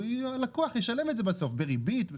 הלקוח ישלם את זה בסוף בריבית.